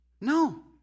No